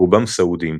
רובם סעודים,